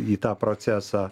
į tą procesą